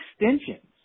extensions